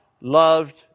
loved